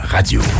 Radio